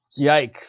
Yikes